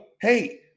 hey